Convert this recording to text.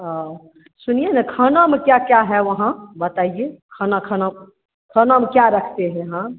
आ सुनिए ना खाना में क्या क्या है वहाँ बताइए खाना खाना खाना में क्या रखते हैं हाँ